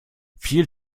viel